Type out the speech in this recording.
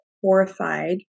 horrified